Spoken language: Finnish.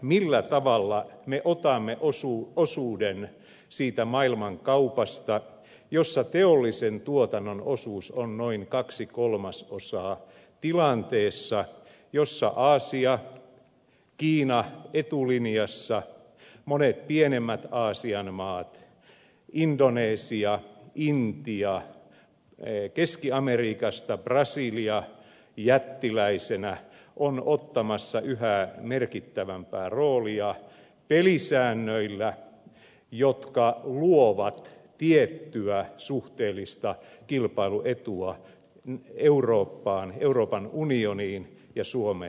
millä tavalla me otamme osuuden siitä maailmankaupasta jossa teollisen tuotannon osuus on noin kaksi kolmasosaa tilanteessa jossa aasia kiina etulinjassa monet pienemmätkin aasian maat indonesia intia etelä amerikasta brasilia jättiläisenä ovat ottamassa yhä merkittävämpää roolia pelisäännöillä jotka luovat tiettyä suhteellista kilpailuetua euroopan unioniin ja suomeen nähden